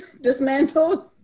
dismantled